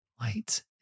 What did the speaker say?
Light